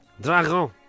Dragon